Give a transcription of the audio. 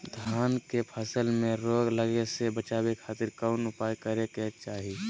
धान के फसल में रोग लगे से बचावे खातिर कौन उपाय करे के चाही?